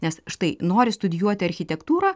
nes štai nori studijuoti architektūrą